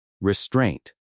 Restraint